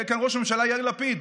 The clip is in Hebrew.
יהיה כאן ראש הממשלה יאיר לפיד.